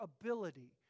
ability